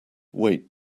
wait